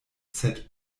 sed